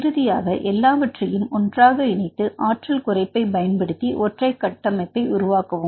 இறுதியாக எல்லாவற்றையும் ஒன்றாக இணைத்து ஆற்றல் குறைப்பைப் பயன்படுத்தி ஒற்றை கட்டமைப்பை உருவாக்கவும்